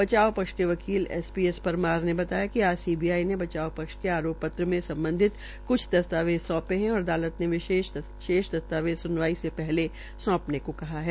बचाव पक्ष के वकील एस पी एस परमार ने बताया कि आज सीबीआई ने बचाव पक्ष के आरोप पत्र में सम्बधित कुछ दस्तावेज सौंपे है और अदालत ने शेष दस्तावेज सुनवाई से पहले सौंपने को कहा है